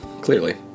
clearly